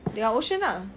dengan ocean ah